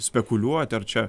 spekuliuoti ar čia